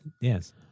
Yes